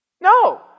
No